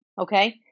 Okay